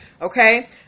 Okay